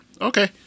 Okay